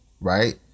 right